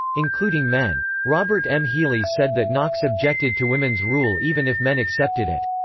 including men. robert m. healey said that knox objected to women's rule even if men accepted it.